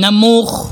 נמוך,